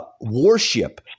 warship